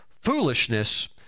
foolishness